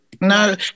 no